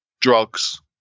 drugs